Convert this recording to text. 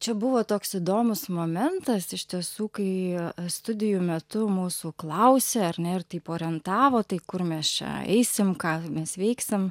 čia buvo toks įdomus momentas iš tiesų kai a studijų metu mūsų klausė ar ne taip orientavo tai kur mes čia eisim ką mes veiksim